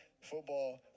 football